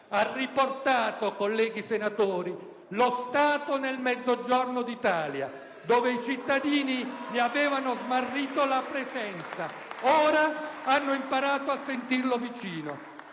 ha riportato, colleghi senatori, lo Stato nel Mezzogiorno d'Italia, dove i cittadini ne avevano smarrito la presenza. Ora hanno imparato a sentirlo vicino.